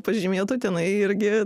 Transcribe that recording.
pažymėtų tenai irgi